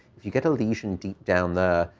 if you get a lesion deep down there,